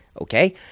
okay